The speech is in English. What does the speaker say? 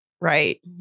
Right